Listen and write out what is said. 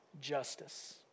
justice